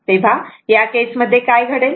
तेव्हा या केस मध्ये काय घडेल